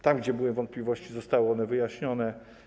Tam gdzie były wątpliwości, zostały one wyjaśnione.